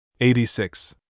86